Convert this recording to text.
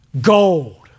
Gold